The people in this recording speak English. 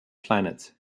planet